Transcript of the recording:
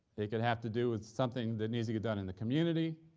it could have to do with something that needs to get done in the community,